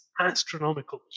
astronomical